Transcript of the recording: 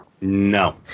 no